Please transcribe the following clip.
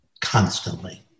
constantly